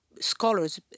scholars